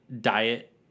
diet